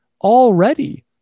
already